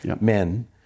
men